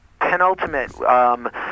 Penultimate